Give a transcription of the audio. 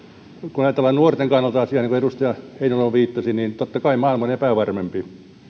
kun ajatellaan nuorten kannalta asiaa niin kuin edustaja heinäluoma viittasi niin totta kai maailma on epävarmempi